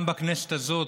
גם בכנסת הזאת,